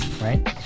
right